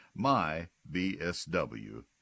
MyBSW